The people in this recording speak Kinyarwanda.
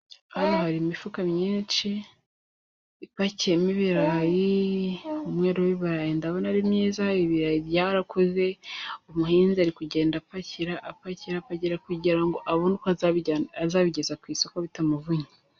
Hano hari imifuka myinshi ipakiyemo ibirayi, umwero w’ibirayi ndabona ari mwiza. Ibirayi byarakuze, umuhinzi ari kugenda apakira, apakira, apakira kugira ngo abone uko azabigeza ku isoko bitamuvunnye.